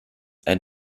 ein